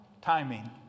timing